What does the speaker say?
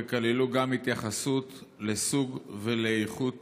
וכללו גם התייחסות לסוג ולאיכות